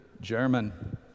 German